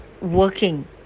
working